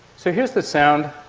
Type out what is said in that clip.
so here's the sound